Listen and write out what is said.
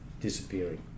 disappearing